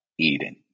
Eden